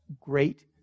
great